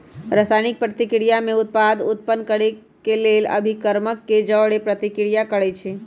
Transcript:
रसायनिक प्रतिक्रिया में उत्पाद उत्पन्न केलेल अभिक्रमक के जओरे प्रतिक्रिया करै छै